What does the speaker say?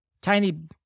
Tiny